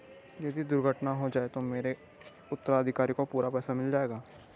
यदि दुर्घटना हो जाये तो मेरे उत्तराधिकारी को पूरा पैसा मिल जाएगा?